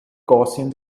gaussian